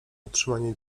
utrzymanie